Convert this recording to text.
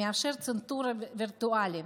שמאפשר צנתור וירטואלי,